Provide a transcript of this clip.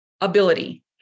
ability